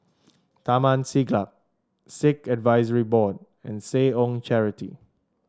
Taman Siglap Sikh Advisory Board and Seh Ong Charity